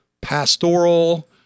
pastoral